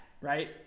right